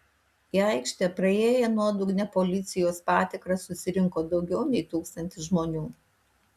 į aikštę praėję nuodugnią policijos patikrą susirinko daugiau nei tūkstantis žmonių